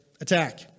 attack